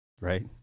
Right